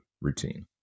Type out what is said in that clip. routine